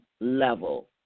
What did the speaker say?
level